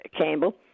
Campbell